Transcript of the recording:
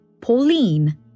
Pauline